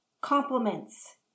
Compliments